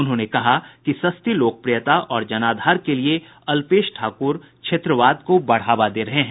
उन्होंने कहा कि सस्ती लोकप्रियता और जनाधार के लिये अल्पेश ठाकोर क्षेत्रवाद को बढ़ावा दे रहे हैं